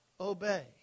obey